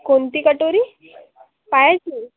कोणती कटोरी पायांची